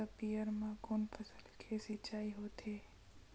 स्पीयर म कोन फसल के सिंचाई होथे?